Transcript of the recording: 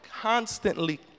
constantly